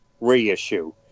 reissue